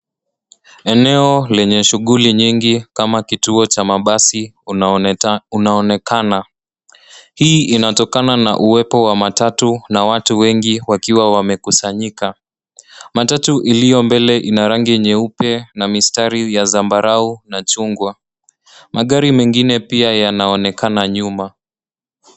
Eneo lenye shughuli nyingi kama kituo cha mabasi unaonekana. Hii inatokana na uwepo wa matatu na watu wengi wakiwa wamekusanyika. Matatu iliyo mbele ina rangi nyeupe na mistari ya zambarau na chungwa. Magari mengine pia yanaonekana nyuma.